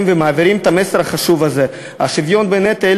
ומעבירים את המסר החשוב הזה: השוויון בנטל